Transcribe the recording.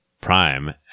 Prime